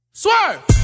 Swerve